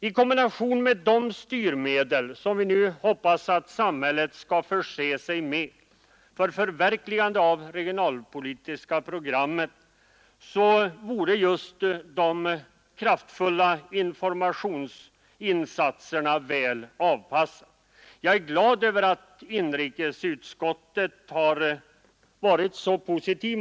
I kombination med de styrmedel som vi hoppas att samhället nu skall förses med för ett förverkligande av det regionalpolitiska programmet vore kraftfulla informationsinsatser väl avpassade. Jag är glad över att inrikesutskottet har varit så positivt.